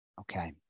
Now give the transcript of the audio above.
Okay